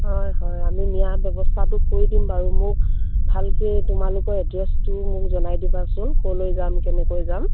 হয় হয় আমি নিয়াৰ ব্যৱস্থাটো কৰি দিম বাৰু মোক ভালকৈ তোমালোকৰ এড্ৰেছটো মোক জনাই দিবাচোন ক'লৈ যাম কেনেকৈ যাম